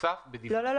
תוצף ב --- לא,